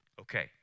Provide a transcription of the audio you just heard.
Okay